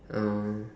um